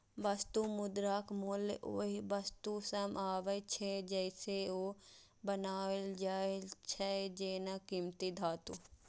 वस्तु मुद्राक मूल्य ओइ वस्तु सं आबै छै, जइसे ओ बनायल जाइ छै, जेना कीमती धातु